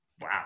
wow